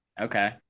okay